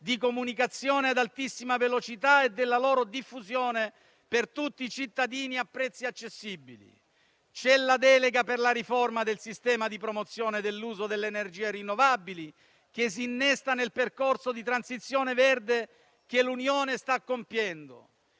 di comunicazione ad altissima velocità e della loro diffusione, per tutti i cittadini, a prezzi accessibili; c'è la delega per la riforma del sistema di promozione dell'uso delle energie rinnovabili, che si innesta nel percorso di transizione verde, che sta compiendo